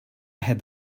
had